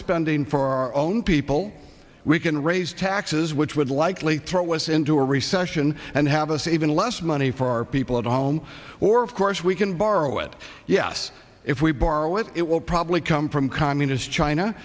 spending for our own people we can raise taxes which would likely throw us into a recession and have us even less money for our people at home or of course we can borrow it yes if we borrow it it will probably come from communist china